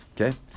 Okay